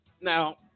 Now